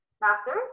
masters